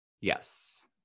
Yes